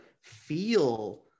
feel